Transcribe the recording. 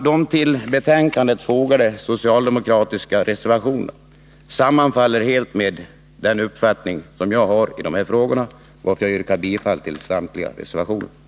De till betänkandet fogade socialdemokratiska reservationerna sammanfaller helt med den uppfattning jag har i dessa frågor, varför jag yrkar bifall till samtliga socialdemokratiska reservationer.